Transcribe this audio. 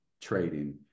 trading